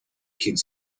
kids